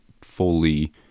fully